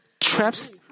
traps